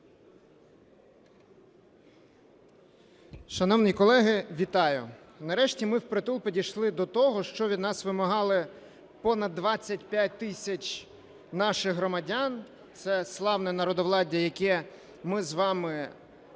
Шановні колеги, вітаю, нарешті ми впритул підійшли до того, що від нас вимагали понад 25 тисяч наших громадян – це славне народовладдя, ми з вами надали